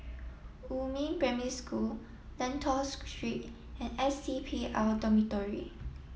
Yumin Primary School Lentor Street and S C P L Dormitory